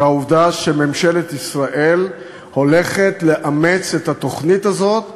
ועל העובדה שממשלת ישראל הולכת לאמץ את התוכנית הזאת,